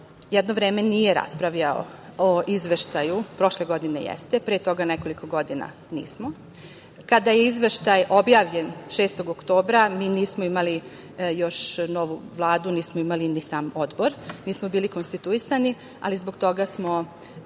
jedno vreme nije raspravljao o izveštaju. Prošle godine jeste, pre nekoliko godina nismo i kada je izveštaj objavljen 6. oktobra mi nismo imali još novu Vladu, ni sam odbor, nismo bili konstituisani, ali zbog toga smo